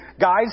guys